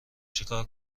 چیکار